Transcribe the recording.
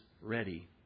ready